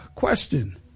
question